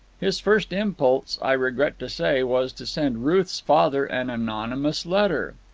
his first impulse, i regret to say, was to send ruth's father an anonymous letter.